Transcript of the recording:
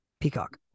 Peacock